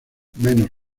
menos